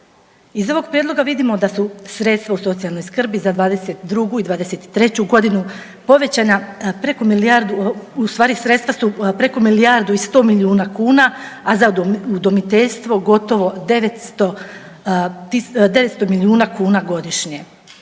Iz ovog prijedloga vidimo da su sredstva u socijalnoj skrbi za '22. i '23.g. povećana preko milijardu, u stvari sredstva su preko milijardu i 100 milijuna kuna, a za udomiteljstvo gotovo 900 milijuna kuna godišnje.